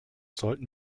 sollten